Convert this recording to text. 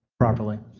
properly.